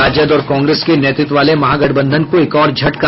राजद और कांग्रेस के नेतृत्व वाले महागठबंधन को एक और झटका